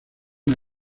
una